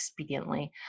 expediently